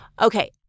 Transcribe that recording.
Okay